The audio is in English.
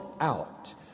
out